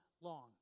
long